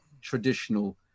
traditional